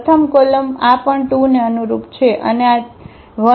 પ્રથમ કોલમ આ પણ 2 ને અનુરૂપ છે અને આ 1 ત્રીજી કોલમને અનુરૂપ છે